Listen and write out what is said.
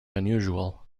unusual